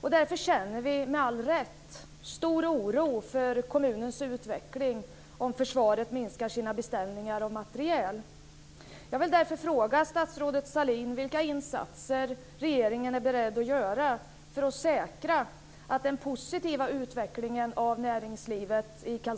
Vi känner därför med all rätt stor oro för kommunens utveckling om försvaret minskar sina beställningar av materiel.